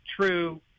true